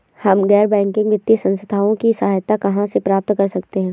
हम गैर बैंकिंग वित्तीय संस्थानों की सहायता कहाँ से प्राप्त कर सकते हैं?